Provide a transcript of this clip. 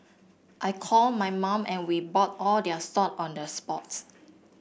I called my mum and we bought all their sock on the spots